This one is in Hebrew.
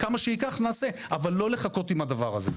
כמה שייקח נעשה, אבל לא לחכות עם הדבר הזה.